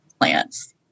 plants